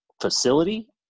facility